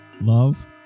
Love